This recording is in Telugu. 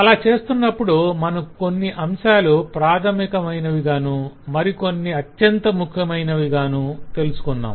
అలా చేస్తున్నప్పుడు మనం కొన్ని అంశాలు ప్రాధమికమైనవిగాను మరికొన్ని అంత ముఖ్యమైనవి కాదని తెలుసుకున్నాం